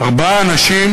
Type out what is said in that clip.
ארבעה אנשים: